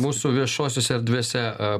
mūsų viešosiose erdvėse e